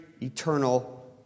eternal